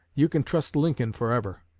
you can trust lincoln forever.